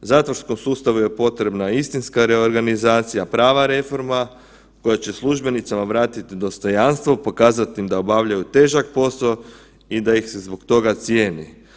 Zatvorskom sustavu je potrebna istinska reorganizacija, prava reforma koja će službenicama vratiti dostojanstvo, pokazati im da obavljaju težak posao i da ih se zbog toga cijeni.